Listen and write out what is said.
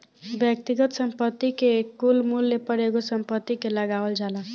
व्यक्तिगत संपत्ति के कुल मूल्य पर एगो संपत्ति के लगावल जाला